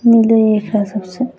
मिलइए एकरा सबसँ